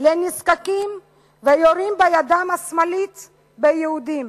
לנזקקים ויורות בידן השמאלית ביהודים.